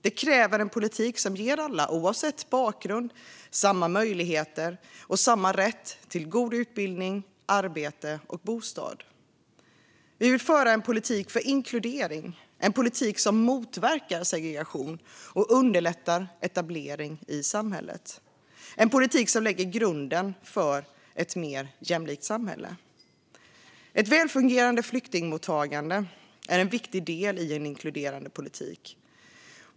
Det kräver en politik som ger alla, oavsett bakgrund, samma möjligheter och samma rätt till god utbildning, arbete och bostad. Vi vill föra en politik för inkludering - en politik som motverkar segregation och underlättar etablering i samhället. Vi vill föra en politik som lägger grunden för ett mer jämlikt samhälle. Ett välfungerande flyktingmottagande är en viktig del i en inkluderande politik.